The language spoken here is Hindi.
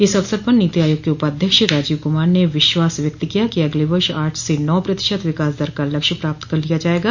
इस अवसर पर नीति आयोग के उपाध्यक्ष राजीव कुमार ने विश्वास व्यक्त किया कि अगले वर्ष आठ से नौ प्रतिशत विकास दर का लक्ष्य प्राप्त कर लिया जायेगा